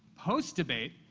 post-debate,